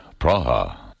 Praha